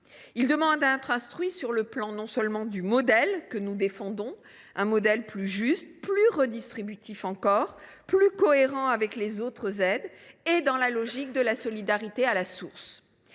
Il demande à être instruit sur le plan du modèle que nous défendons, plus juste, plus redistributif, plus cohérent avec les autres aides, et dans la logique de la solidarité à la source.